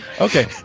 Okay